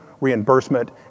reimbursement